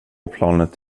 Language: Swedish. planet